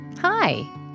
Hi